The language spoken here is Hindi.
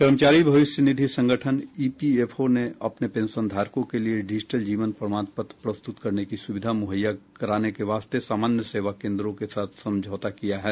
कर्मचारी भविष्य निधि संगठन ईपीएफओ ने अपने पेंशनधारकों के लिए डिजिटल जीवन प्रमाण पत्र प्रस्तुत करने की सुविधा मुहैया कराने के वास्ते सामान्य सेवा केंद्रों के साथ समझौता किया है